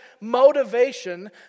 motivation